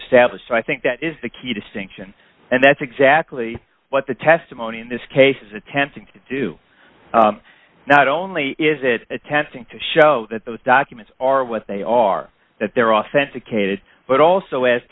established so i think that is the key distinction and that's exactly what the testimony in this case is attempting to do not only is it attempting to show that those documents are what they are that they're authenticated but also a